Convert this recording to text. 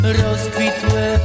rozkwitłe